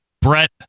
Brett